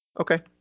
Okay